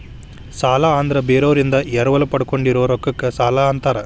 ಸಾಲ ಅಂದ್ರ ಬೇರೋರಿಂದ ಎರವಲ ಪಡ್ಕೊಂಡಿರೋ ರೊಕ್ಕಕ್ಕ ಸಾಲಾ ಅಂತಾರ